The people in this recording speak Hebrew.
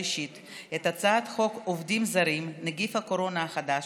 שלישית את הצעת חוק עובדים זרים (נגיף הקורונה החדש,